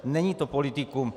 Není to politikum.